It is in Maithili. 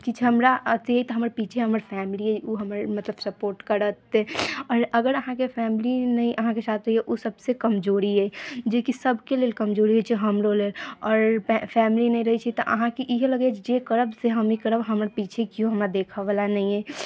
किछु हमरा अतीत हमर पीछे हमर फैमिली अइ ओ हमर मतलब सपोर्ट करत आओर अगर अहाँके फैमिली नहि अहाँके साथ तैयो ओ सभस कमजोरी अइ जे कि सभके लेल कमजोरी होइ छै हमरो लेल आओर फैमिली नहि रहै छै तऽ अहाँके इएह लगैए जे करब से हमहीँ करब हमर पीछे कियो हमरा देखयवला नहि अइ